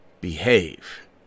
behave